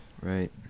right